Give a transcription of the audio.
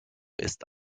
ist